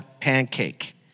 pancake